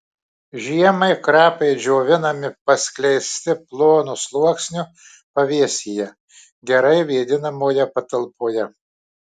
žiemai krapai džiovinami paskleisti plonu sluoksniu pavėsyje gerai vėdinamoje patalpoje